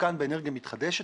מותקן באנרגיה מתחדשת.